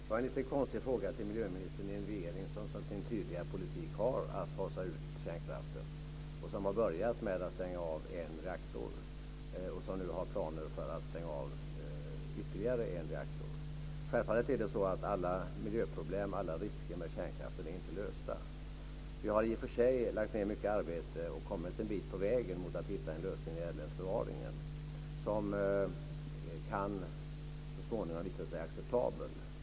Fru talman! Det var en lite konstig fråga till miljöministern i en regering som har som sin tydliga politik att fasa ut kärnkraften, som har börjat med att stänga av en reaktor och som nu har planer för att stänga av ytterligare en. Alla miljöproblem och alla risker med kärnkraften är självfallet inte lösta. Vi har i och för sig lagt ned mycket arbete och kommit en bit på vägen till att hitta en lösning för förvaringen som så småningom kan visa sig vara acceptabel.